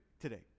today